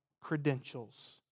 credentials